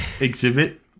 exhibit